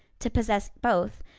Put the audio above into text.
to possess both,